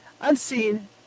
unseen